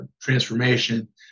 transformation